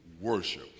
worship